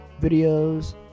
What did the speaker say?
videos